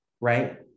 right